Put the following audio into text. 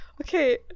Okay